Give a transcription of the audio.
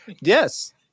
Yes